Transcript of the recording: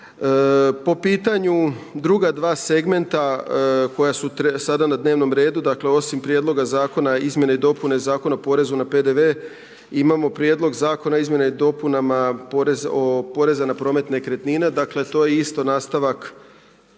Po pitanju druga dva segmenta koja su sada na dnevnom redu, dakle osim prijedloga zakona izmjene i dopune Zakona o porezu na PDV imamo prijedlog zakona o izmjenama i dopunama poreza na promet nekretnine, dakle to je isto nastavak